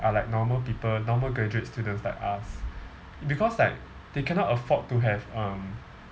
are like normal people normal graduate students like us because like they cannot afford to have um